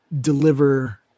deliver